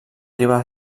riba